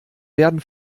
werden